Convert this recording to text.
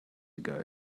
ago